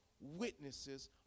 witnesses